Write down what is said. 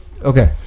Okay